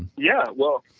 and yeah, well,